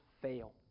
fail